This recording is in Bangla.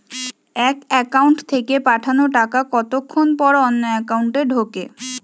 এক একাউন্ট থেকে পাঠানো টাকা কতক্ষন পর অন্য একাউন্টে ঢোকে?